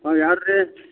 ಹಾಂ ಯಾರು ರೀ